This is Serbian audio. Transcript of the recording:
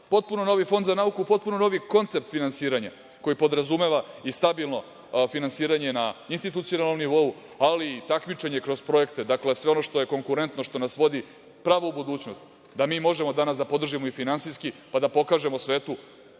Potpuno novi fond za nauku, potpuno novi koncept finansiranja koji podrazumeva i stabilno finansiranje na institucionalnom nivou, ali i takmičenje kroz projekte, dakle, sve ono što je konkurentno, što nas vodi pravo u budućnost, da mi možemo danas da podržimo i finansijski, pa da pokažemo svetu